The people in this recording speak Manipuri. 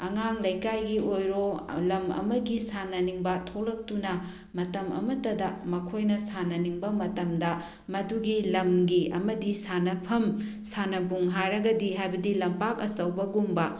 ꯑꯉꯥꯡ ꯂꯩꯀꯥꯏꯒꯤ ꯑꯣꯏꯔꯣ ꯂꯝ ꯑꯃꯒꯤ ꯁꯥꯟꯅꯅꯤꯡꯕ ꯊꯣꯛꯂꯛꯇꯨꯅ ꯃꯇꯝ ꯑꯃꯠꯇꯗ ꯃꯈꯣꯏꯅ ꯁꯥꯟꯅꯅꯤꯡꯕ ꯃꯇꯝꯗ ꯃꯗꯨꯒꯤ ꯂꯝꯒꯤ ꯑꯃꯗꯤ ꯁꯥꯟꯅꯐꯝ ꯁꯥꯟꯅꯕꯨꯡ ꯍꯥꯏꯔꯒꯗꯤ ꯍꯥꯏꯕꯗꯤ ꯂꯝꯄꯥꯛ ꯑꯆꯧꯕꯒꯨꯝꯕ